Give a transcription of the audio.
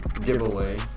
giveaway